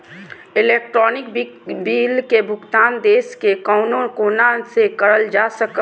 electronic bill के भुगतान देश के कउनो कोना से करल जा सको हय